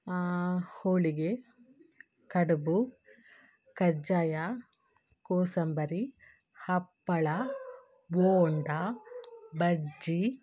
ಹೋಳಿಗೆ kadubu kajjaya kosambari happala bonda ಬಜ್ಜಿ